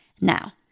Now